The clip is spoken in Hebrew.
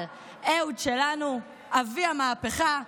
אבל אהוד שלנו, אבי המהפכה,